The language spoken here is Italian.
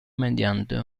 mediante